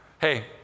hey